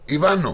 הבנו.